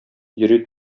йөри